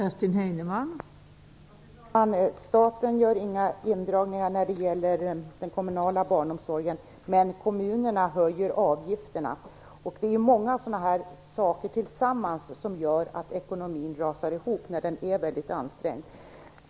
Fru talman! Staten gör inga indragningar vad gäller den kommunala barnomsorgen, men kommunerna höjer avgifterna. Många sådana saker tillsammans kan göra att ekonomin blir mycket ansträngd och rasar ihop.